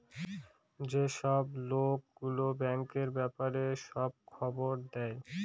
যেসব লোক গুলো ব্যাঙ্কের ব্যাপারে সব খবর দেয়